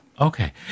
Okay